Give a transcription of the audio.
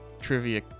trivia